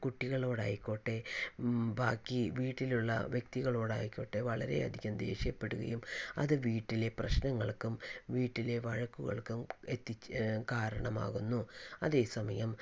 കുട്ടികളോടായിക്കോട്ടെ ബാക്കി വീട്ടിലുള്ള വ്യക്തികളോടായിക്കോട്ടെ വളരെ അധികം ദേഷ്യപ്പെടുകയും അത് വീട്ടിലെ പ്രശ്നങ്ങൾക്കും വീട്ടിലെ വഴക്കുകൾക്കും എത്തിച്ചേര് കാരണമാകുന്നു അതേസമയം